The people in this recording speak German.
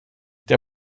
der